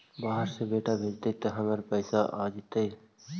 बाहर से बेटा भेजतय त हमर पैसाबा त अंतिम?